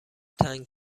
تنگ